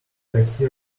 taxi